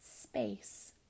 space